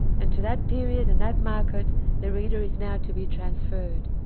and to that period and that market the reader is now to be transferred.